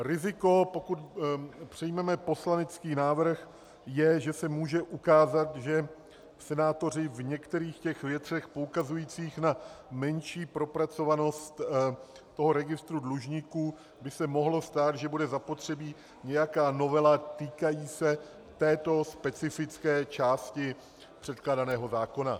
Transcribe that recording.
Riziko, pokud přijmeme poslanecký návrh, je, že se může ukázat, že senátoři v některých věcech poukazujících na menší propracovanost registru dlužníků, by se mohlo stát, že bude zapotřebí nějaká novela týkající se této specifické části předkládaného zákona.